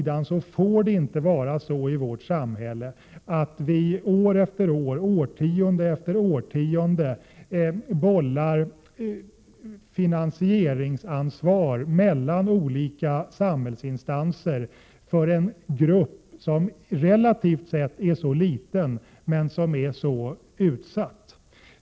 Men det får inte vara så i vårt samhälle att vi år efter år, årtionde efter årtionde bollar finansieringsansvaret mellan olika samhällsinstanser för en grupp som relativt sett är så liten men som är så utsatt.